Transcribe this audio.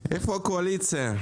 איפה הקואליציה?